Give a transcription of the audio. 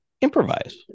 improvise